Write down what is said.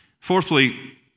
Fourthly